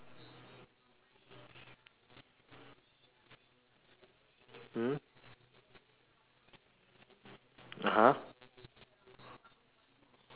mmhmm (uh huh)